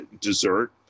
dessert